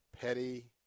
Petty